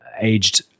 aged